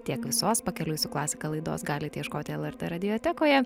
tiek visos pakeliui su klasika laidos galite ieškoti lrt radiotekoje